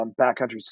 backcountry